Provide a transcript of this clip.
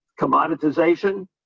commoditization